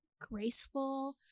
graceful